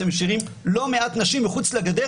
אתם משאירים לא מעט נשים עגונות מחוץ לגדר.